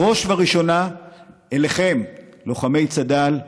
בראש ובראשונה אליכם, לוחמי צד"ל.